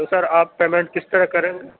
تو سر آپ پیمنٹ کس طرح کریں گے